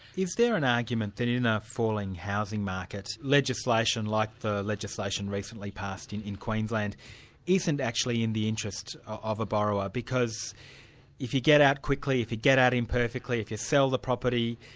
there an argument that in a falling housing market, legislation like the legislation recently passed in in queensland isn't actually in the interests of a borrower, because if you get out quickly, if you get out imperfectly, if you sell the property,